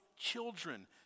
children